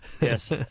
Yes